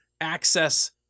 access